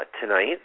tonight